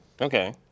okay